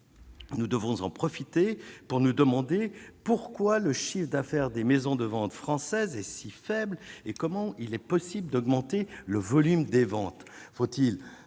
nous devons en profiter pour nous demander pourquoi le chiffre d'affaires des maisons de ventes française est si faible et comment il est possible d'augmenter le volume des ventes, faut-il